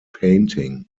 painting